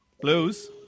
Blues